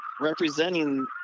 representing